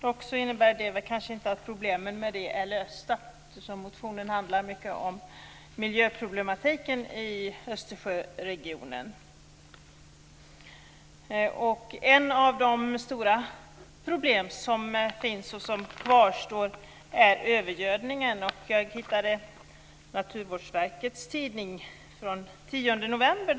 Dock innebär det kanske inte att problemen i och med det är lösta, eftersom motionen mycket handlar om miljöproblematiken i Östersjöregionen. Ett av de stora problem som finns och kvarstår är övergödningen. Jag hittade Naturvårdsverkets tidning från den 10 november.